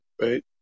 right